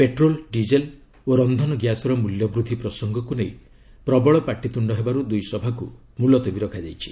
petrol diesel ଓ ରନ୍ଧନ ଗ୍ୟାସର ମୂଲ୍ୟ ବୃଦ୍ଧି ପ୍ରସଙ୍ଗକୁ ନେଇ ପ୍ରବଳ ପାଟିତୁଣ୍ଡ ହେବାରୁ ଦୁଇସଭାକୁ ମୁଲତବୀ ରଖାଯାଇଛି